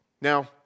Now